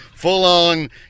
full-on